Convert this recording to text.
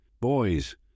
Boys